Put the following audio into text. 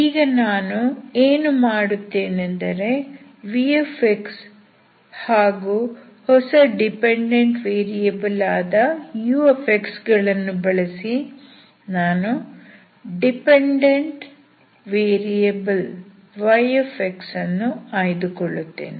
ಈಗ ನಾನು ಏನು ಮಾಡುತ್ತೇನೆ ಎಂದರೆ v ಹಾಗೂ ಹೊಸ ಡಿಪೆಂಡೆಂಟ್ ವೇರಿಯಬಲ್ ಆದ u ಗಳನ್ನು ಬಳಸಿ ನಾನು ಡಿಪೆಂಡೆಂಟ್ ವೇರಿಯಬಲ್ y ಅನ್ನು ಆಯ್ದುಕೊಳ್ಳುತ್ತೇನೆ